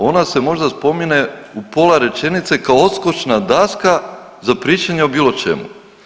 Ona se možda spomene u pola rečenice kao odskočna daska za pričanje o bilo čemu.